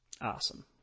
awesome